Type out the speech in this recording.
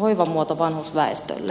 hoivamuoto vanhusväestölle